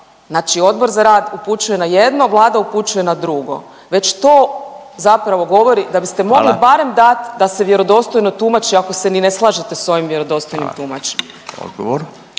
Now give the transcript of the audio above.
Znači Odbor za rad upućuje na jedno, Vlada upućuje na drugo. Već to zapravo govori da biste mogli barem dati … …/Upadica Radin: Hvala./… … da se vjerodostojno tumači ako se ni ne slažete sa ovim vjerodostojnim tumačenjem.